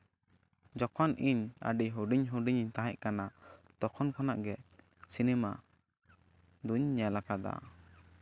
ᱡᱚᱠᱷᱚᱱ ᱤᱧ ᱟᱹᱰᱤ ᱦᱩᱰᱤᱧ ᱦᱩᱰᱤᱧ ᱤᱧ ᱛᱟᱦᱮᱸ ᱠᱟᱱᱟ ᱛᱚᱠᱷᱚᱱ ᱠᱷᱚᱱᱟᱜ ᱜᱮ ᱥᱤᱱᱮᱢᱟ ᱫᱩᱧ ᱧᱮᱞ ᱠᱟᱫᱟ